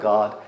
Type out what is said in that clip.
God